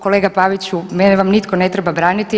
Kolega Paviću mene vam nitko ne treba braniti.